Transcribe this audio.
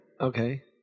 okay